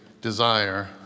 desire